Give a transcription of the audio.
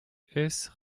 hesse